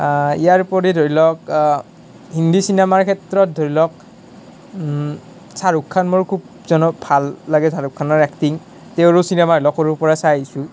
ইয়াৰ উপৰি ধৰি লওক হিন্দী চিনেমাৰ ক্ষেত্ৰত ধৰি লওক শ্বাহৰুখ খান মোৰ খুব জন ভাল লাগে শ্বাহৰুখ খানৰ এক্টিং তেওঁৰো চিনেমাবিলাক সৰু পৰাই চাই আহিছোঁ